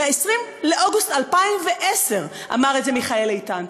ב-20 באוגוסט 2010 אמר את זה מיכאל איתן.